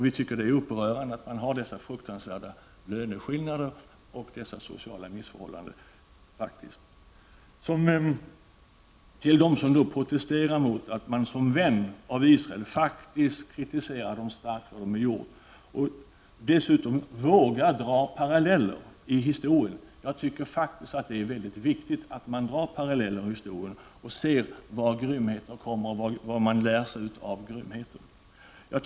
Vi tycker att dessa fruktansvärda löneskillnader och dessa sociala missförhållanden är upprörande. Till dem som protesterar mot att man som vän av Israel faktiskt starkt kritiserar Israel för det som det gjort och dessutom vågar dra paralleller till historien vill jag säga att jag tycker att det är mycket viktigt att dra paralleller till historien för att se var grymheter uppträder och vad man lär sig av grymheter.